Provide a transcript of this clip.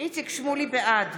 בעד